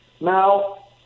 Now